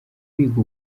biga